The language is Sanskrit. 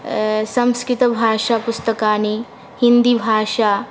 संस्कृतभाषापुस्तकानि हिन्दीभाषा